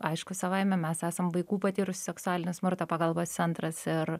aišku savaime mes esam vaikų patyrusių seksualinį smurtą pagalbos centras ir